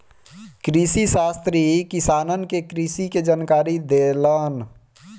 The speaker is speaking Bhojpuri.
कृषिशास्त्री किसानन के कृषि के जानकारी देलन